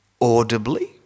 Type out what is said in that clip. audibly